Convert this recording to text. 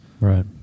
Right